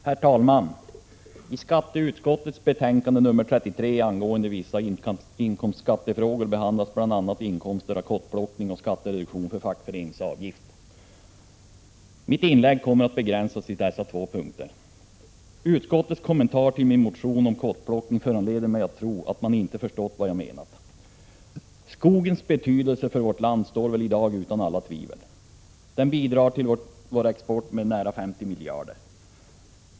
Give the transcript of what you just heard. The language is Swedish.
Herr talman! I skatteutskottets betänkande nr 33 angående vissa inkomstskattefrågor behandlas bl.a. inkomster av kottplockning och skattereduktion för fackföreningsavgift. Mitt inlägg kommer att begränsas till dessa två punkter. Utskottets kommentar till min motion om kottplockning föranleder mig att tro att man inte förstått vad jag menat. Skogens betydelse för vårt land står väl i dag utom allt tvivel. Den bidrar till vår export med nära 50 miljarder.